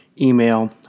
email